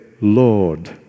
Lord